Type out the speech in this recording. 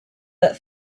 but